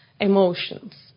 emotions